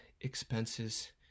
expenses